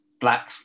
black